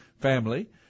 family